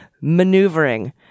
maneuvering